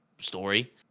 story